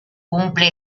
cumple